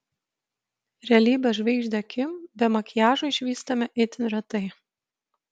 realybės žvaigždę kim be makiažo išvystame itin retai